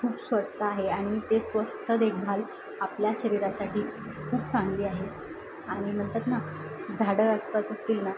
खूप स्वस्त आहे आणि ते स्वस्त देखभाल आपल्या शरीरासाठी खूप चांगली आहे आणि म्हणतात ना झाडं आसपास असतील ना